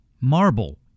marble